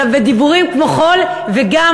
אלא בדיבורים כמו חול וגם,